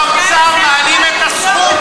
אתם באוצר מעלים את הסכום.